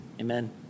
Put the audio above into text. Amen